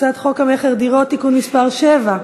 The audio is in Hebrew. הצעת חוק המכר (דירות) (תיקון מס' 7),